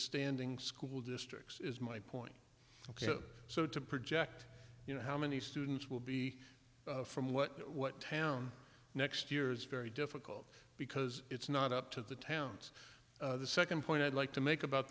standing school districts is my point ok so to project you know how many students will be from what what town next year is very difficult because it's not up to the towns the second point i'd like to make about